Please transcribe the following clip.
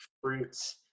fruits